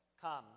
come